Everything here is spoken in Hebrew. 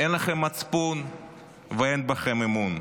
אין לכם מצפון ואין בכם אמון.